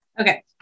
Okay